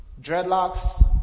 Dreadlocks